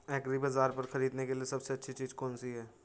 एग्रीबाज़ार पर खरीदने के लिए सबसे अच्छी चीज़ कौनसी है?